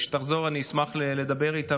כשהיא תחזור אני אשמח לדבר איתה,